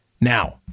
Now